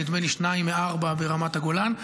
ונדמה לי שניים מארבעה ברמת הגולן.